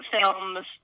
films